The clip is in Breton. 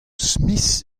smith